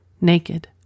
Naked